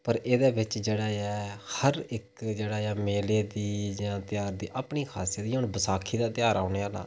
पर एह्दे बिच जेह्ड़ा ऐ हर इक जेह्ड़ा ऐ मेले दी जां ध्यार दी अपनी खासियत ऐ जि'यां हून बसाखी दा तेहार औने आह्ला ऐ